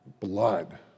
blood